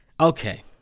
Okay